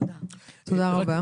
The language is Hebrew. תודה רבה.